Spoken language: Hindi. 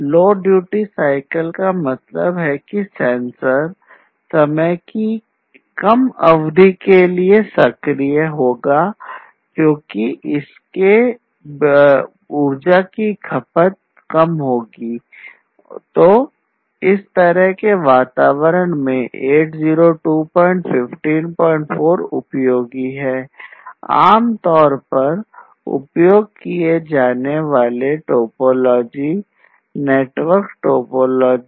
लो ड्यूटी साइकिल का मतलब है कि सेंसर समय की एक कम अवधि के लिए सक्रिय टोपोलॉजी